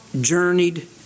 journeyed